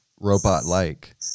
robot-like